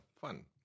fun